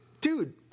Dude